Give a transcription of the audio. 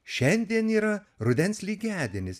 šiandien yra rudens lygiadienis